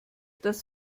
das